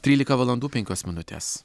trylika valandų penkios minutes